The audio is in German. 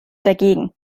dagegen